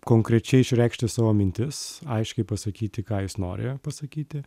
konkrečiai išreikšti savo mintis aiškiai pasakyti ką jis nori pasakyti